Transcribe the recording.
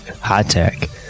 high-tech